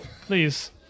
please